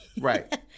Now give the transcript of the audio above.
Right